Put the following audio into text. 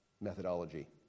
methodology